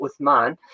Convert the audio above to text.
Uthman